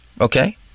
Okay